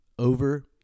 Over